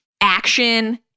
action